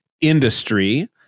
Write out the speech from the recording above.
industry